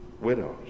Widows